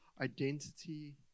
identity